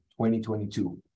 2022